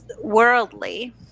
worldly